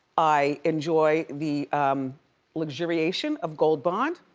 i enjoy the luxuriation of gold bond.